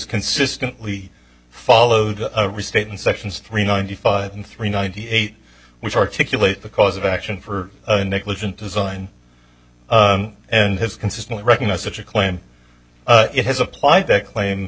consistently followed restate in sections three ninety five and three ninety eight which articulate the cause of action for negligent design and has consistently recognize such a claim it has applied to claim